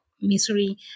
Misery